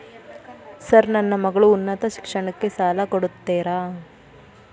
Sir ನನ್ನ ಮಗಳ ಉನ್ನತ ಶಿಕ್ಷಣಕ್ಕೆ ಸಾಲ ಕೊಡುತ್ತೇರಾ?